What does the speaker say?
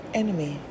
enemy